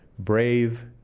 brave